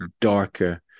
darker